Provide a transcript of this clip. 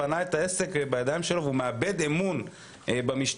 הוא בנה את העסק בידיים שלו והוא מאבד אמון במשטרה.